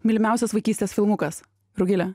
mylimiausias vaikystės filmukas rugile